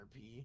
RP